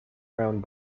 round